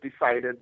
decided